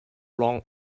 long